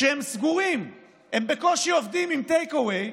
כשהם סגורים, הם בקושי עובדים עם take away,